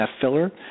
filler